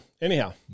anyhow